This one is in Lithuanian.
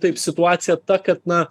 taip situacija ta kad na